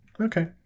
Okay